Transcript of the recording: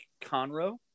Conroe